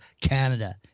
canada